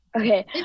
Okay